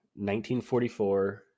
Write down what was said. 1944